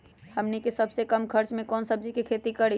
हमनी के सबसे कम खर्च में कौन से सब्जी के खेती करी?